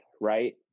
right